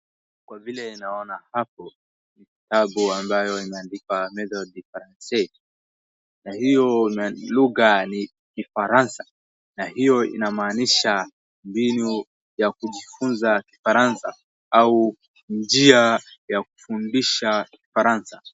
Kwa vile naona hapo ni kitabu ambayo imeandikwa me'thode de francais na hiyo lugha ni kifaransa na hiyo inamaanisha mbinu ya kujifunza kifaransa au njia ya kufundisha kifaransa.